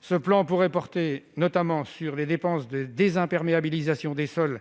Ce plan pourrait porter sur : des dépenses de désimperméabilisation des sols